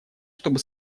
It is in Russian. чтобы